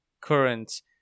current